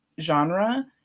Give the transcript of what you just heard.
genre